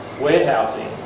warehousing